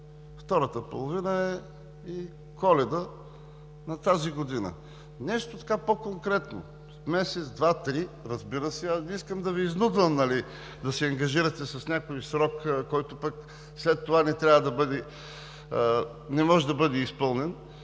втората половина е и Коледа на тази година. Нещо по-конкретно? Месец, два, три? Разбира се, аз не искам да Ви изнудвам да се ангажирате с някакъв срок, който пък след това не може да бъде изпълнен,